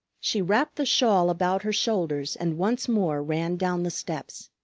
she wrapped the shawl about her shoulders and once more ran down the steps.